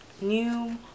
new